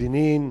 ג'נין.